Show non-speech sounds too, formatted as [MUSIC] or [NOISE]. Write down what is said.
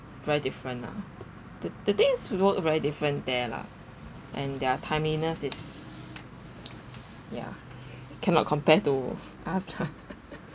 very different lah the the things work very different there lah and their timeliness is ya cannot compare to us lah [BREATH]